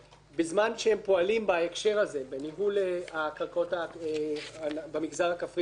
בזמן שהם פועלים בהקשר הזה בניהול הקרקעות במגזר הכפרי באיו"ש,